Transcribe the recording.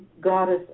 goddess